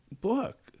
book